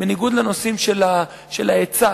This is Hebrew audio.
בניגוד לנושאים של ההיצע,